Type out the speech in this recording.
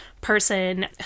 person